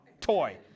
toy